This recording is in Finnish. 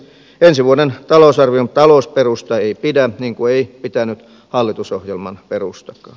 ensi vuoden talousarvion talousperusta ei pidä niin kuin ei pitänyt hallitusohjelman perustakaan